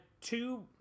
two